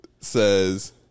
Says